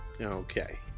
Okay